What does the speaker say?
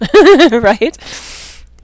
right